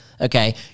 okay